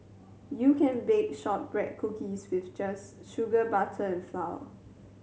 you can bake shortbread cookies with just sugar butter and flour